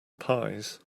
pies